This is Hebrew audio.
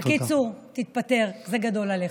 בקיצור, תתפטר, זה גדול עליך.